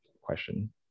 question